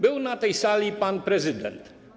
Był na tej sali pan prezydent.